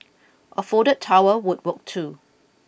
a folded towel would work too